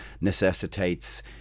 necessitates